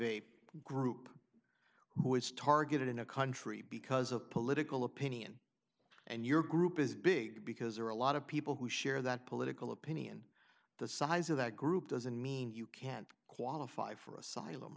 eight group who is targeted in a country because of political opinion and your group is big because there are a lot of people who share that political opinion the size of that group doesn't mean you can't qualify for asylum